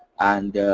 and